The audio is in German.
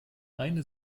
eine